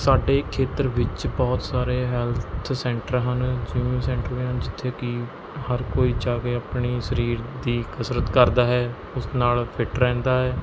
ਸਾਡੇ ਖੇਤਰ ਵਿੱਚ ਬਹੁਤ ਸਾਰੇ ਹੈਲਥ ਸੈਂਟਰ ਹਨ ਜਿਵੇਂ ਸੈਂਟਰ ਜਿੱਥੇ ਕੀ ਹਰ ਕੋਈ ਜਾ ਕੇ ਆਪਣੀ ਸਰੀਰ ਦੀ ਕਸਰਤ ਕਰਦਾ ਹੈ ਉਸ ਨਾਲ਼ ਫਿੱਟ ਰਹਿੰਦਾ ਹੈ